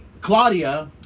Claudia